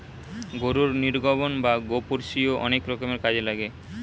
গরুর নির্গমন বা গোপুরীষ অনেক রকম কাজে লাগে